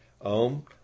Om